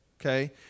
okay